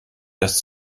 erst